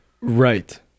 Right